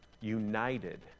united